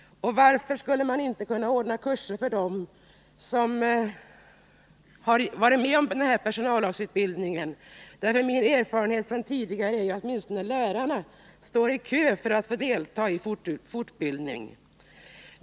Varför skulle man inte kunna anordna kurser för dem som deltagit i denna utbildning? Det är min erfarenhet från tidigare att åtminstone lärarna står i kö för att få delta i fortbildning.